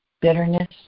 bitterness